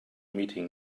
meeting